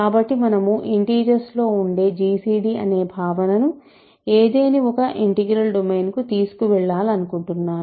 కాబట్టి మనము ఇంటిజర్స్ లోఉండే gcd అనే భావనను ఏదేని ఒక ఇంటిగ్రాల్ డొమైన్కు తీసుకువెళ్లాలనుకుంటున్నాను